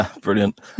brilliant